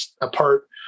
apart